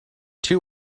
two